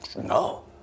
no